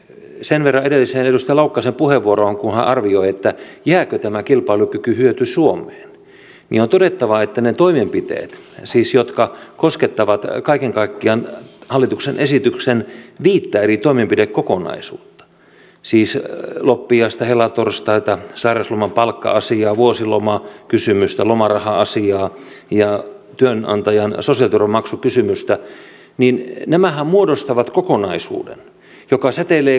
sen verran edelliseen edustaja laukkasen puheenvuoroon että kun hän arvioi jääkö tämä kilpailukykyhyöty suomeen niin on todettava että ne toimenpiteet siis jotka koskettavat kaiken kaikkiaan hallituksen esityksen viittä eri toimenpidekokonaisuutta siis loppiaista helatorstaita sairausloman palkka asiaa vuosilomakysymystä lomaraha asiaa ja työnantajan sosiaaliturvamaksukysymystä muodostavat kokonaisuuden joka säteilee koko yhteiskuntaan